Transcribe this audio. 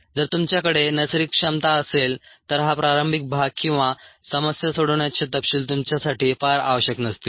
जर तुमच्याकडे नैसर्गिक क्षमता असेल तर हा प्रारंभिक भाग किंवा समस्या सोडवण्याचे तपशील तुमच्यासाठी फार आवश्यक नसतील